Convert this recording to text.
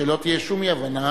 שלא תהיה שום אי-הבנה,